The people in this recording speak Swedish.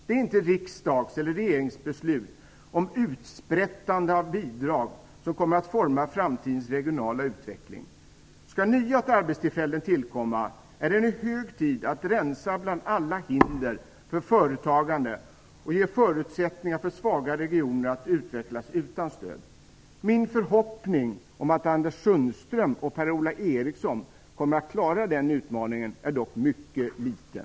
Det är inte riksdags eller regeringsbeslut om utsprättande av bidrag som kommer att forma framtidens regionala utveckling. Skall nya arbetstillfällen tillkomma är det nu hög tid att rensa bland alla hinder för företagande och ge förutsättningar för svaga regioner att utvecklas utan stöd. Min förhoppning om att Anders Sundström och Per-Ola Eriksson kommer att klara den utmaningen är dock mycket liten.